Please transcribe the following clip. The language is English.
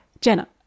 Jenna